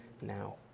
now